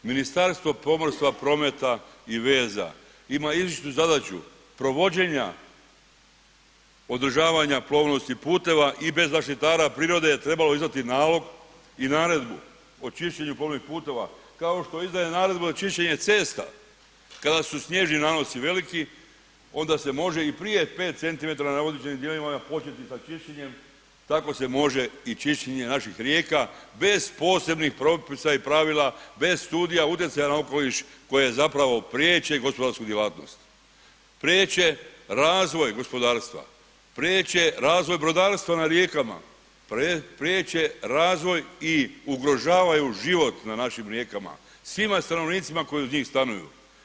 Ministarstvo prometa, pomorstva i veza ima izričitu zadaću provođenja, održavanja plovnosti puteva i bez zaštitara prirode trebalo izdati nalog i naredbu o čišćenju plovnih puteva kao što izdaje naredbu za čišćenje cesta kada su snježni nanosi veliki onda se može i prije 5cm na određenim dijelovima početi sa čišćenjem, tako se može i čišćenje naših rijeka bez posebnih propisa i pravila, bez studija utjecaja na okoliš koje zapravo priječe gospodarsku djelatnost, priječe razvoj gospodarstva, priječe razvoj brodarstva na rijekama, priječe razvoj i ugrožavaju život na našim rijekama, svima stanovnicima koji uz njih stanuju.